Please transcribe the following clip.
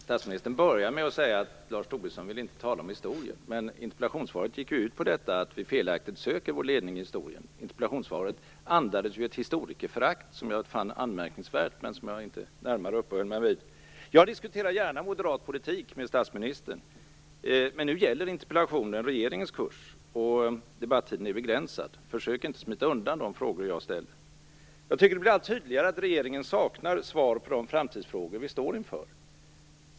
Fru talman! Statsministern börjar med att säga: Lars Tobisson vill inte tala om historien. Men interpellationssvaret gick ju ut på att vi felaktigt söker vår ledning i historien. Interpellationssvaret andades ju ett historikerförakt som jag fann anmärkningsvärt men som jag inte närmare uppehöll mig vid. Jag diskuterar gärna moderat politik med statsministern. Men nu gäller interpellationen regeringens kurs och debattiden är begränsad. Försök inte att smita undan från de frågor jag ställer! Jag tycker att det blir allt tydligare att regeringen saknar svar på de framtidsfrågor vi står inför.